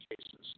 cases